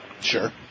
Sure